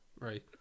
Right